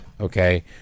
okay